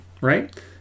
right